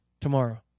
tomorrow